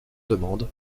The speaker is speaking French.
demande